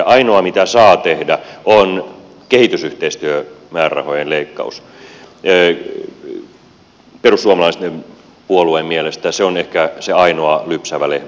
ainoa mitä saa tehdä on kehitysyhteistyömäärärahojen leikkaus perussuomalaisten puolueen mielestä se on ehkä se ainoa lypsävä lehmä